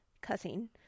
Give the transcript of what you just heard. cussing